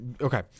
okay